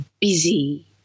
busy